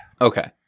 Okay